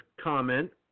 comment